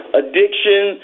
addiction